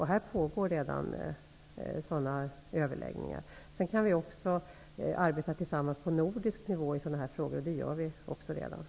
Här pågår redan sådana överläggningar. Vi kan också arbeta tillsammans på nordisk nivå i dessa frågor, vilket vi också gör redan nu.